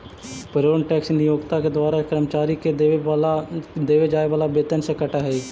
payroll tax नियोक्ता के द्वारा कर्मचारि के देवे जाए वाला वेतन से कटऽ हई